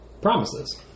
Promises